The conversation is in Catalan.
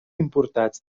importats